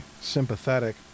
sympathetic